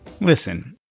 Listen